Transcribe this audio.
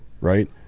right